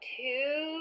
two